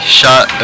shot